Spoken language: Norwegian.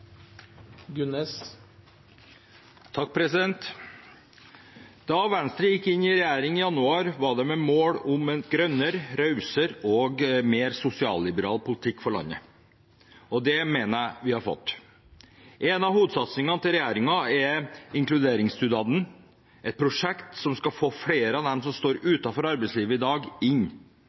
Da Venstre gikk inn i regjering i januar, var det med mål om en grønnere, rausere og mer sosialliberal politikk for landet, og det mener jeg vi har fått. En av hovedsatsingene til regjeringen er inkluderingsdugnaden, et prosjekt som skal få flere av dem som står utenfor arbeidslivet i dag, inn.